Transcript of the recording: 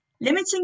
Limiting